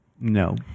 No